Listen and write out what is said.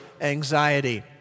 anxiety